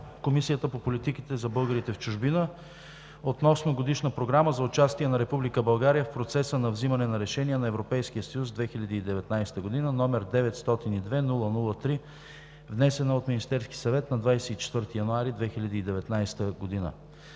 Комисията по политиките за българите в чужбина относно Годишна програма за участие на Република България в процеса на вземане на решения на Европейския съюз през 2019 г., № 902-00-3, внесена от Министерския съвет на 24 януари 2019 г.